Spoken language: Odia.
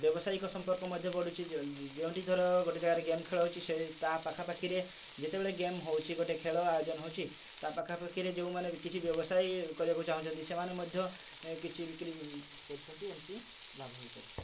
ବ୍ୟବସାୟୀକ ସମ୍ପର୍କ ମଧ୍ୟ ବଢ଼ୁଛି ଯେଉଁଠି ଧର ଗୋଟେ ଜାଗାରେ ଗେମ୍ ଖେଳ ହେଉଛି ସେ ତା ପାଖାପାଖିରେ ଯେତେବେଳ ଗେମ୍ ହେଉଛି ଗୋଟେ ଖେଳ ଆୟୋଜନ ହେଉଛି ପାଖାପାଖିରେ ଯେଉଁ ମାନେ କିଛି ବ୍ୟବସାୟୀ କରିବାକୁ ଚାହୁଁଛନ୍ତି ସେମାନେ ମଧ୍ୟ କିଛି ବିକ୍ରି କରୁଛନ୍ତି ଏମିତି ଲାଭ ହେଇପରୁଛି